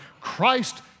Christ